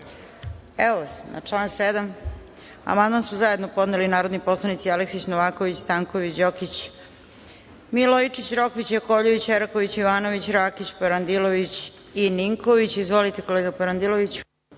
molim! Na član 9. amandman su zajedno podneli narodni poslanici Aleksić, Novaković, Stanković, Đokić, Milojičić, Rokvić, Jakovljević, Eraković, Ivanović, Rakić, Parandilović i Ninković. Reč ima gospodin Ninković.